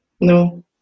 No